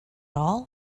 all